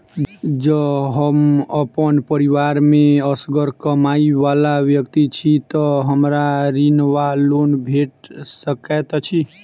जँ हम अप्पन परिवार मे असगर कमाई वला व्यक्ति छी तऽ हमरा ऋण वा लोन भेट सकैत अछि?